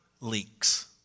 leaks